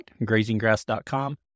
grazinggrass.com